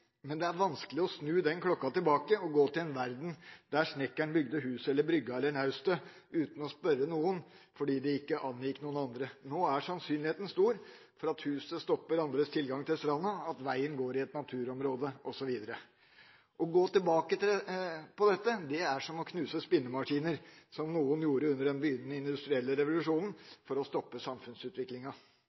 men det er vanskelig å snu den klokka tilbake og gå til en verden der snekkeren bygde brygga, huset eller naustet uten å spørre noen fordi det ikke angikk noen andre. Nå er sannsynligheten stor for at huset stopper andres tilgang til stranda, at veien går i et naturområde osv. Å gå tilbake på dette er som å knuse spinnemaskiner, som noen gjorde under den begynnende industrielle revolusjonen for å stoppe samfunnsutviklinga.